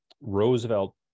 Roosevelt